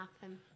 happen